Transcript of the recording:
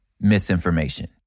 misinformation